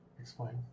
Explain